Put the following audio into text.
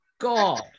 God